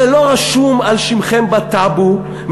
זה לא רשום על שמכם בטאבו,